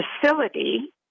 facility